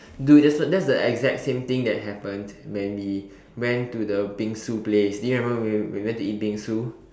dude that's the that's the exact same thing that happened when we went to the bingsu place do you remember when we when we went to eat bingsu